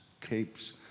capes